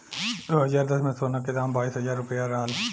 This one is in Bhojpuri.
दू हज़ार दस में, सोना के दाम बाईस हजार रुपिया रहल